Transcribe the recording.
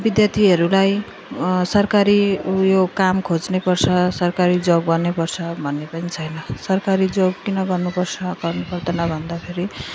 विद्यार्थीहरूलाई सरकारी उयो काम खोज्नु पर्छ सरकारी जब् गर्नु पर्छ भन्ने पनि छैन सरकारी जब् किन गर्नु पर्छ गर्नु पर्दैन भन्दाफेरि